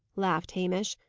laughed hamish.